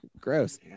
Gross